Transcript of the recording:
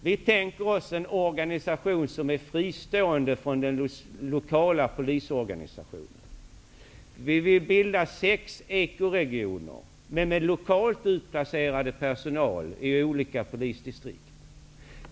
Vi tänker oss en organisation som är fristående från den lokala polisorganisationen. Vi vill bilda sex ekoregioner, med i olika polisdistrikt lokalt utplacerad personal.